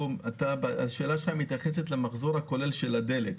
השאלה שלך מתייחסת למחזור הכולל של הדלק,